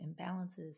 imbalances